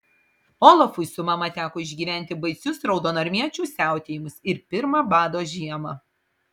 olafui su mama teko išgyventi baisius raudonarmiečių siautėjimus ir pirmą bado žiemą